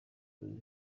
nzozi